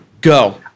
go